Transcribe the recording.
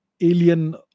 alien